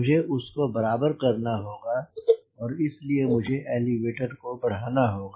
मुझे उसको बराबर करना होगा इसलिए मुझे एलीवेटर को बढ़ाना होगा